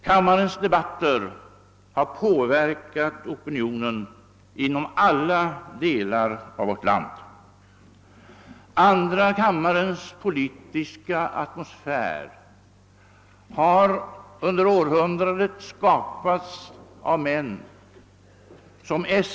Kammarens debatter har påverkat opinionen inom alla delar av vårt land. Andra kammarens politiska atmosfär har under århundradet skapats av män som S.